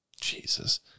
Jesus